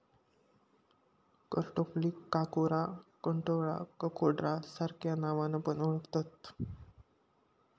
करटोलीक काकोरा, कंटॉला, ककोडा सार्ख्या नावान पण ओळाखतत